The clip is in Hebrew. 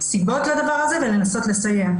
הסיבות לזה ולנסות לסייע.